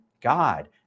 God